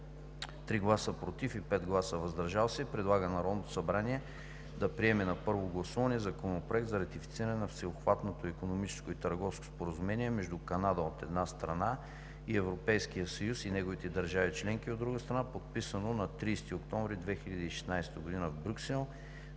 3 гласа „против“ и 5 гласа „въздържал се“ предлага на Народното събрание да приеме на първо гласуване Законопроект за ратифициране на Всеобхватното икономическо и търговско споразумение между Канада, от една страна, и Европейския съюз и неговите държави членки, от друга страна, подписано на 30 октомври 2016 г. в Брюксел,